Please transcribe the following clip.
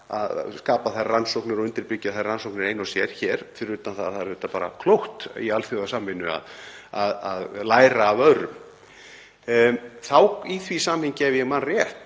að skapa þær rannsóknir og undirbyggja þær rannsóknir ein og sér hér, fyrir utan það að það er auðvitað bara klókt í alþjóðasamvinnu að læra af öðrum. Í því samhengi, ef ég man rétt,